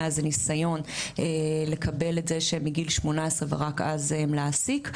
איזה ניסיון לקבל את זה שמגיל 18 ורק אז להעסיק,